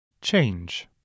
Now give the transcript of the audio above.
Change